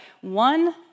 one